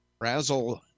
Razzle